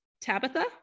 Tabitha